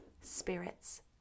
Spirits